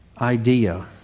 idea